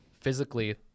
physically